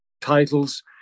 titles